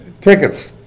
Tickets